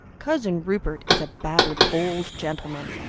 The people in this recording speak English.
cousin rupert is a battered old gentleman,